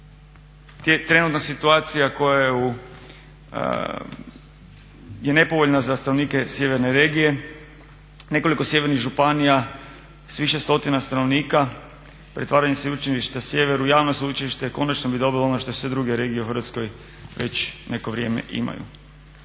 Trenutna situacija koja je nepovoljna za stanovnike sjeverne regije nekoliko sjevernih županija s više stotina stanovnika pretvaranjem Sveučilišta Sjever u javno sveučilište konačno bi dobilo ono što sve druge regije u Hrvatskoj već neko vrijeme imaju.